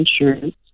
insurance